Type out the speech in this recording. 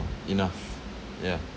enough yeah